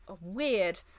weird